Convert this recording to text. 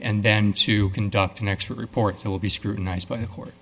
and then to conduct an expert report that will be scrutinized by the court